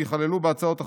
ייכללו בהצעת החוק.